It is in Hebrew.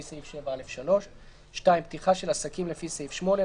סעיף 7(א)(3); (2)פתיחה של עסקים לפי סעיף 8,